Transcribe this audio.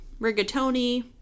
rigatoni